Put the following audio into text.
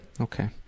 Okay